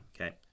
okay